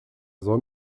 soll